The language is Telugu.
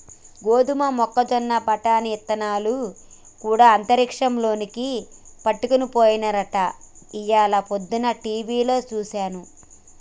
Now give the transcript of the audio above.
గోదమ మొక్కజొన్న బఠానీ ఇత్తనాలు గూడా అంతరిక్షంలోకి పట్టుకపోయినారట ఇయ్యాల పొద్దన టీవిలో సూసాను